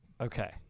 Okay